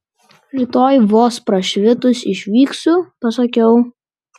rytoj vos prašvitus išvyksiu pasakiau